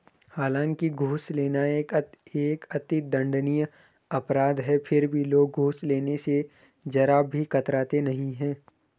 हालांकि घूस लेना एक अति दंडनीय अपराध है फिर भी लोग घूस लेने स जरा भी कतराते नहीं है